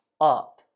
up